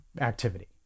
activity